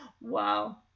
Wow